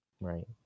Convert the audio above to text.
right